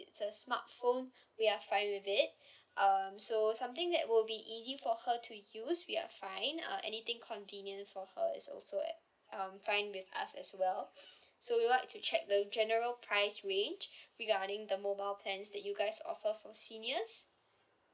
it's a smartphone we are fine with it uh so something that will be easy for her to use we are fine uh anything convenient for her is also at um fine with us as well so we'll like to check the general price range regarding the mobile plans that you guys offer for seniors